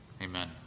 Amen